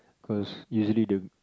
cause usually the